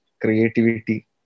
creativity